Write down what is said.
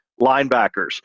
linebackers